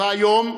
והיום,